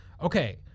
Okay